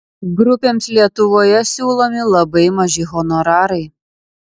grupėms lietuvoje siūlomi labai maži honorarai